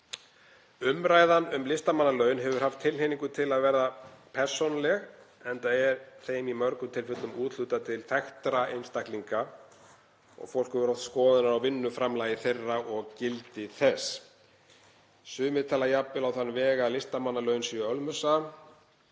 Umræðan um listamannalaun hefur haft tilhneigingu til að verða persónuleg enda er þeim í mörgum tilfellum úthlutað til þekktra einstaklinga og fólk hefur oft skoðanir á vinnuframlagi þeirra og gildi þess. Sumir tala jafnvel á þann veg að listamannalaun séu ölmusa.